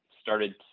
started